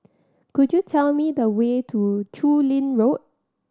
could you tell me the way to Chu Lin Road